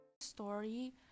story